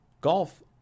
golf